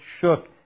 shook